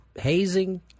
hazing